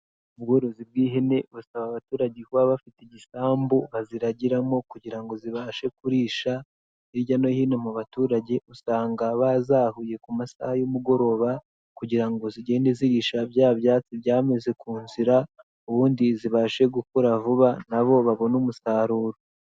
Ubworozi bw'ihene busaba abaturage kuba bafite igisambu baziragiramo kugira ngo zibashe kurisha, hirya no hino mu baturage usanga bazahuye ku masaha y'umugoroba kugira ngo zigende zirisha bya byatsi byameze ku nzira, ubundi zibashe gukura vuba na bo babone umusaruro.